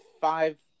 five